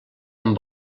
amb